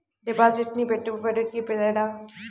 డిపాజిట్కి పెట్టుబడికి తేడా?